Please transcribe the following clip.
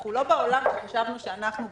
אנחנו לא בעולם שחשבנו שאנחנו במרץ.